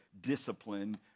discipline